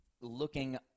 looking